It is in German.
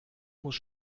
muss